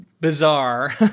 bizarre